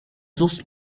dos